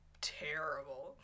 terrible